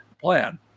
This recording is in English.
plan